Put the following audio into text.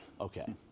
okay